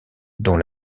dont